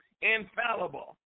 infallible